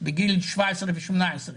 בגיל 17 ו-18.